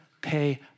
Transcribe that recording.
pay